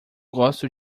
gosto